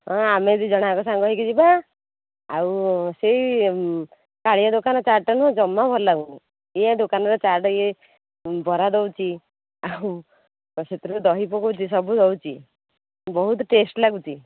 ହଁ ଆମେ ଦୁଇଜଣ ଆଗ ସାଙ୍ଗ ହୋଇକି ଯିବା ଆଉ ସେହି କାଳିଆ ଦୋକାନ ଚାଟ ଟା ନୁହେଁ ଜମା ଭଲ ଲାଗୁନି ଇଏ ଦୋକାନରେ ଚାଟ ଇଏ ବରା ଦଉଛି ଆଉ ସେଥିରେ ଦହି ପକଉଛି ସବୁ ଦେଉଛି ବହୁତ ଟେଷ୍ଟ ଲାଗୁଛି